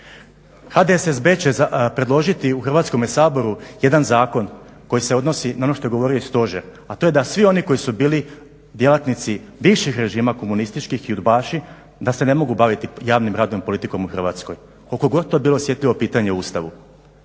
HDSSB će predložiti u Hrvatskome saboru jedan zakon koji se odnosi na ono što je govorio i stožer, a to je da svi oni koji su bili djelatnici bivših režima komunističkih i udbaši, da se ne mogu baviti javnim radom i politikom u Hrvatskoj, koliko god to bilo osjetljivo pitanje u Ustavu.